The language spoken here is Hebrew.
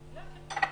נגד הצמיחה במשק.